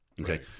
Okay